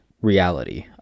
reality